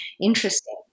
interesting